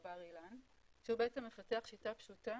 בר אילן שהוא בעצם מפתח שיטה פשוטה